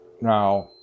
now